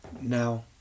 Now